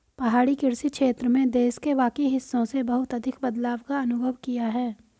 पहाड़ी कृषि क्षेत्र में देश के बाकी हिस्सों से बहुत अधिक बदलाव का अनुभव किया है